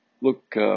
look